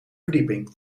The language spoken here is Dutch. verdieping